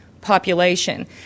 population